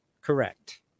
Correct